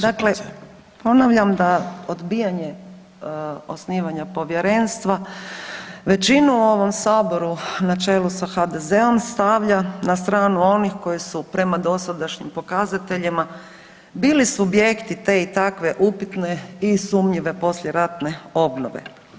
Dakle, ponavljam da odbijanje osnivanja povjerenstva većinu u ovom Saboru na čelu sa HDZ-om, stavlja na stranu onih koji su prema dosadašnjim pokazateljima bili subjekti te i takve upitne i sumnjive poslijeratne obnove.